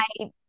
I-